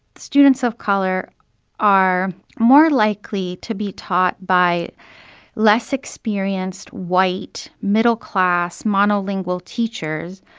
students of color are more likely to be taught by less experienced, white, middle-class, monolingual teachers.